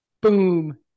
Boom